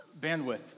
bandwidth